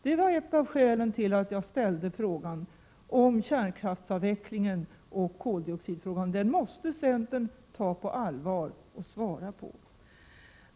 Detta var ett av skälen till att jag ställde frågan om kärnkraftsavvecklingen och koldioxidproblemet. Den frågan måste centern ta på allvar och svara på.